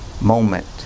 moment